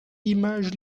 image